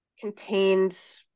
contained